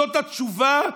זאת התשובה?